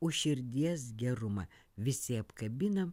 už širdies gerumą visi apkabinam